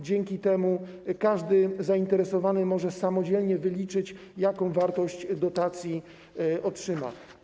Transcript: Dzięki temu każdy zainteresowany może samodzielnie wyliczyć, jakiej wartości dotację otrzyma.